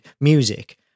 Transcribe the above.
music